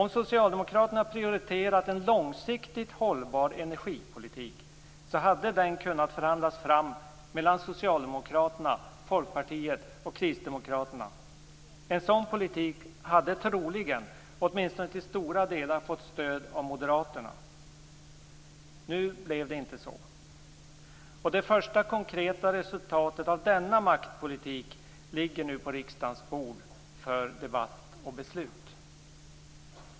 Om socialdemokraterna prioriterat en långsiktigt hållbar energipolitik hade en sådan kunnat förhandlas fram mellan Socialdemokraterna, Folkpartiet och Kristdemokraterna. En sådan politik hade troligen, åtminstone till stora delar, fått stöd även av Moderaterna. Nu blev det inte så, och det första konkreta resultatet av denna maktpolitik ligger nu på riksdagens bord för debatt och beslut.